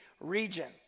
region